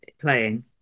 playing